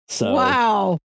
Wow